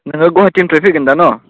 नोङो गुवाहाटिनिफ्राय फैगोनदा न'